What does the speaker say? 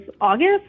August